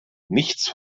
nichts